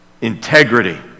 integrity